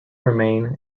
remain